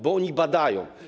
Bo oni badają.